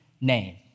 name